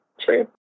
True